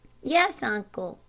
yes, uncle,